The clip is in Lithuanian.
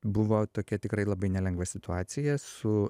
buvo tokia tikrai labai nelengva situacija su